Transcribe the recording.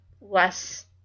less